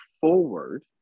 forward